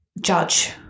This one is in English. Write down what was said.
judge